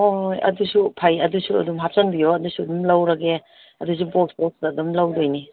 ꯍꯣꯏ ꯍꯣꯏ ꯑꯗꯨꯁꯨ ꯐꯩ ꯑꯗꯨꯁꯨ ꯑꯗꯨꯝ ꯍꯥꯞꯆꯟꯕꯤꯌꯣ ꯑꯗꯨꯁꯨ ꯑꯗꯨꯝ ꯂꯧꯔꯒꯦ ꯑꯗꯨꯁꯨ ꯕꯣꯛꯁ ꯕꯣꯛꯁꯇ ꯑꯗꯨꯝ ꯂꯧꯒꯗꯣꯏꯅꯤ